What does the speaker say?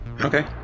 Okay